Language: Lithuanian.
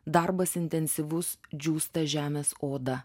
darbas intensyvus džiūsta žemės oda